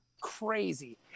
crazy